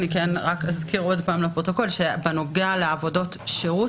אני אזכיר עוד פעם לפרוטוקול שבנוגע לעבודות שירות,